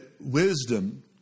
wisdom